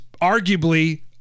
arguably